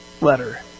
letter